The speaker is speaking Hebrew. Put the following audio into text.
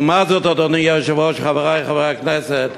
לעומת זאת, אדוני היושב-ראש, חברי חברי הכנסת,